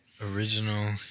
Original